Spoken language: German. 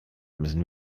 müssen